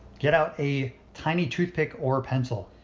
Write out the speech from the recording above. get out a tiny toothpick or a pencil.